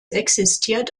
existiert